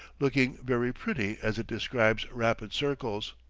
looking very pretty as it describes rapid circles.